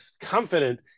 confident